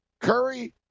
Curry